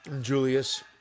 Julius